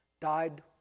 Died